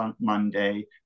monday